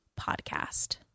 podcast